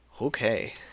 Okay